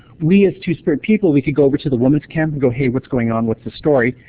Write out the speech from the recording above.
we as two-spirit people, we can go over to the woman's camp and go, hey, what's going on? what's the story?